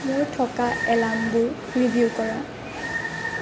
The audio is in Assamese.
মোৰ থকা এলাৰ্মবোৰ ৰিভিউ কৰা